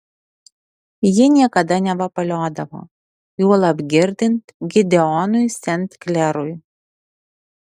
ji niekada nevapaliodavo juolab girdint gideonui sent klerui